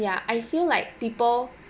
ya I feel like people